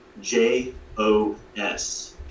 J-O-S